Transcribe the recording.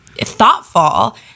thoughtful